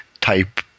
type